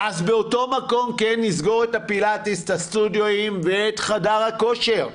אז באותו מקום כן נסגור את הפילטיס ואת הסטודיואים ואת חדר הכושר,